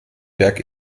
berg